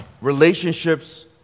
Relationships